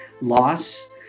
loss